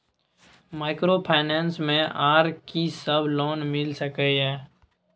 Microfinance मे आर की सब लोन मिल सके ये?